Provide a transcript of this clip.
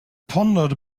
pondered